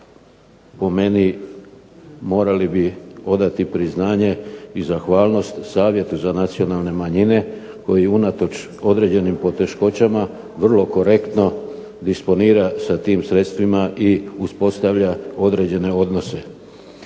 Po meni morali bi odati priznanje i zahvalnost Savjetu za nacionalne manjine koji unatoč određenim poteškoćama vrlo korektno disponira sa tim sredstvima i uspostavlja određene odnose.